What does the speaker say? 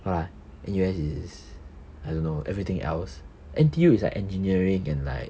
no lah N_U_S is I don't know everything else N_T_U is like engineering and like